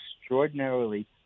extraordinarily